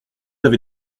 avez